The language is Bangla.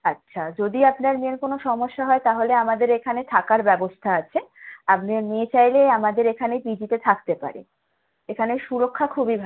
আচ্ছা যদি আপনার মেয়ের কোন সমস্যা হয় তাহলে আমাদের এখানে থাকার ব্যবস্থা আছে আপনার মেয়ে চাইলে আমাদের এখানে পিজিতে থাকতে পারে এখানে সুরক্ষা খুবই ভালো